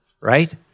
right